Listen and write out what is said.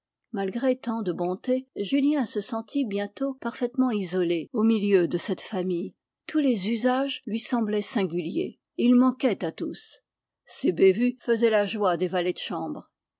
malgré tant de bonté julien se sentit bientôt parfaitement isolé au milieu de cette famille tous les usages lui semblaient singuliers et il manquait à tous ses bévues faisaient la joie des valets de chambre